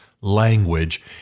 language